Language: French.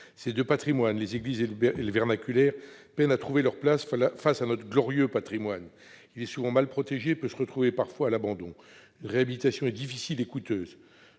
Ces deux patrimoines, les églises et le « vernaculaire », peinent à trouver leur place face à notre « glorieux » patrimoine. Ils sont souvent mal protégés et peuvent se retrouver parfois à l'abandon. Une réhabilitation est difficile et coûteuse.